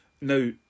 Now